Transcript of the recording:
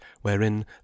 wherein